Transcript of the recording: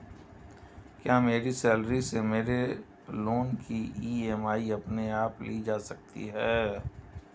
क्या मेरी सैलरी से मेरे लोंन की ई.एम.आई अपने आप ली जा सकती है?